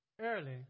early